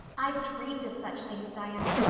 i've dreamed of such things, diana.